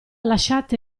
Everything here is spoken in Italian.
lasciate